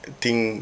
I think